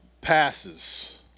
passes